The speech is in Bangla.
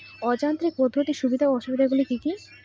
অযান্ত্রিক পদ্ধতির সুবিধা ও অসুবিধা গুলি কি কি?